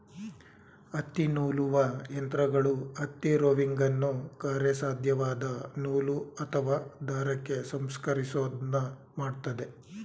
ಹತ್ತಿನೂಲುವ ಯಂತ್ರಗಳು ಹತ್ತಿ ರೋವಿಂಗನ್ನು ಕಾರ್ಯಸಾಧ್ಯವಾದ ನೂಲು ಅಥವಾ ದಾರಕ್ಕೆ ಸಂಸ್ಕರಿಸೋದನ್ನ ಮಾಡ್ತದೆ